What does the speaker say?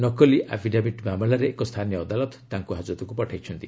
ନକଲି ଆଫିଡାବିଟ୍ ମାମଲାରେ ଏକ ସ୍ଥାନୀୟ ଅଦାଲତ ତାଙ୍କୁ ହାଜତକୁ ପଠାଇଛନ୍ତି